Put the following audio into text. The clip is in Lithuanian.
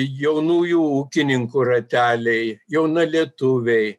jaunųjų ūkininkų rateliai jaunalietuviai